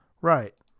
Right